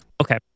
Okay